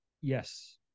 Yes